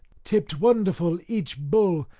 tipped wonderful each bull,